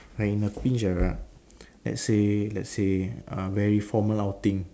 I in a pinch ah let's say let's say err very formal outing